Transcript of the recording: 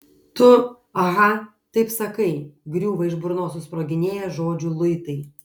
tu aha taip sakai griūva iš burnos susproginėję žodžių luitai